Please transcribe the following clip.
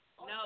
No